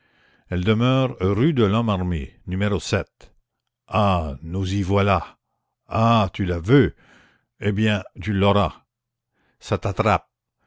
elle demeure rue de lhomme armé numéro sept ah nous y voilà ah tu la veux eh bien tu l'auras ça t'attrape